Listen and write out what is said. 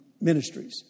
Ministries